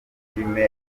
filime